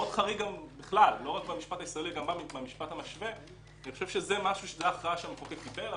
גם המשטרה נמצאת, אבל